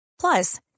Plus